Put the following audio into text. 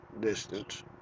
distance